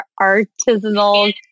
artisanal